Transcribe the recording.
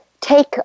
take